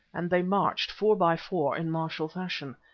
and they marched four by four in martial fashion.